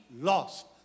lost